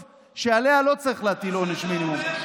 שעליה לא צריך להטיל עונש מינימום.